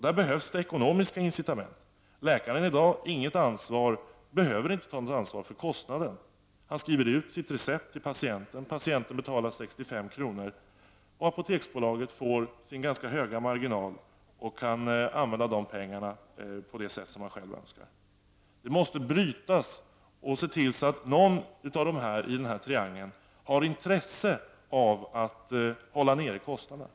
Det behövs ekonomiska incitament. Läkaren behöver i dag inte ta något ansvar för kostnaden. Han skriver ut sitt recept till patienten. Patienten betalar 65 kr., och Apoteksbolaget får sin ganska höga marginal och kan anvä: ia de pengarna på det sätt som företaget självt önskar. Detta mönster? aåste brytas. Man måste se till att någon av dessa tre i triangeln har intresse av att hålla nere kostnaderna.